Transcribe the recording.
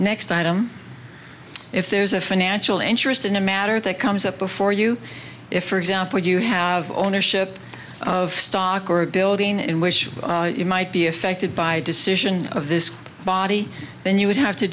next item if there's a financial interest in a matter that comes up before you if for example you have ownership of stock or a building in which you might be affected by a decision of this body and you would have to